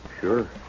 Sure